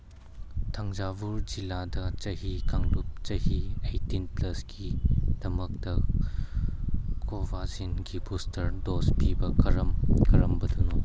ꯊꯪꯖꯥꯕꯨꯔ ꯖꯤꯂꯥꯗ ꯆꯍꯤ ꯀꯥꯡꯂꯨꯞ ꯆꯍꯤ ꯑꯩꯇꯤꯟ ꯄ꯭ꯂꯁꯀꯤꯗꯃꯛꯇ ꯀꯣꯕꯥꯁꯤꯟꯒꯤ ꯕꯨꯁꯇꯔ ꯗꯣꯁ ꯄꯤꯕ ꯀꯔꯝ ꯀꯔꯝꯕꯗꯅꯣ